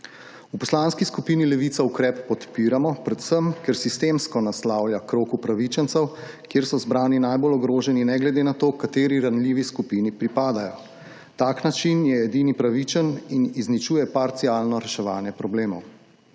V Poslanski skupini Levica ukrep podpiramo predvsem, ker sistemsko naslavlja krog upravičencev, kjer so zbrani najbolj ogroženi ne glede na to kateri ranljivi skupini pripadajo. Tak način je edini pravičen in izničuje parcialno reševanje problemov.